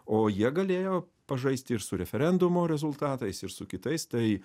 o jie galėjo pažaisti ir su referendumo rezultatais ir su kitais tai